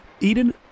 Eden